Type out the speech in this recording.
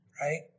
Right